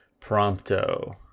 Prompto